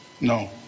No